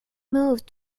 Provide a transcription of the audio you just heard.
moved